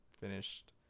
finished